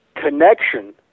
connection